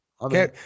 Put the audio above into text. Okay